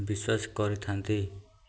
ବିଶ୍ୱାସ କରିଥାନ୍ତି